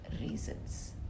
reasons